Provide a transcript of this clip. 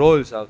Rolls આવતા